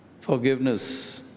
forgiveness